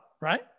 right